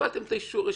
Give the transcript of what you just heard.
קיבלתם את האישור.